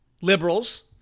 liberals